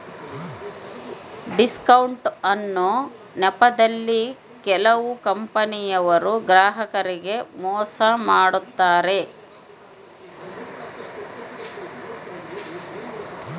discount ಅನ್ನೊ ನೆಪದಲ್ಲಿ ಕೆಲವು ಕಂಪನಿಯವರು ಗ್ರಾಹಕರಿಗೆ ಮೋಸ ಮಾಡತಾರೆ